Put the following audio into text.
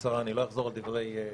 בקצרה, אני לא אחזור על דברי חברי,